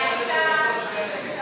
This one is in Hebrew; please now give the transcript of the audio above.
ההצעה להעביר את